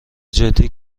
جدی